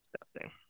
Disgusting